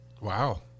Wow